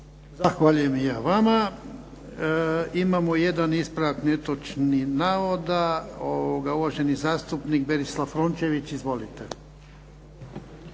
Zahvaljujem. Imamo jedan ispravak netočnog navoda, uvaženi zastupnik Berislav Rončević. Izvolite.